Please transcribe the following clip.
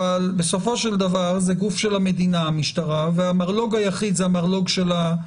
אבל בסופו של דבר המשטרה זה גוף של המדינה,